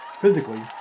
physically